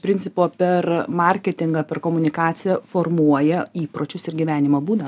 principo per marketingą per komunikaciją formuoja įpročius ir gyvenimo būdą